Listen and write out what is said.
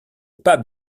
pas